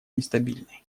нестабильной